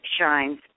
shines